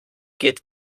geht